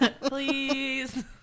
Please